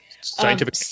Scientific